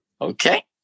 Okay